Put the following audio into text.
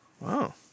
wow